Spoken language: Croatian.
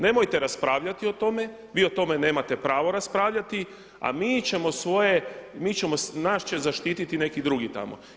Nemojte raspravljati o tome, vi o tome nemate pravo raspravljati, a mi ćemo svoje, nas će zaštititi neki drugi tamo.